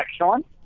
excellent